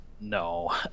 no